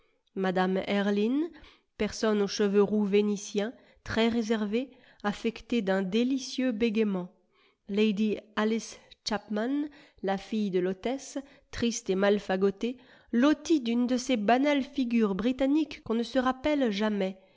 mme erlynne personne aux cheveux roux vénitiens très réservée affectée d'un délicieux bégaiement lady alice chapman la fille de l'hôtesse triste et mal fagotée lotie d'une de ces banales figures britanniques qu'on ne se rappelle jamais